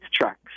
tracks